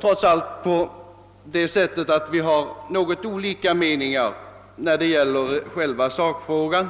trots allt har vi väl olika meningar i sakfrågan.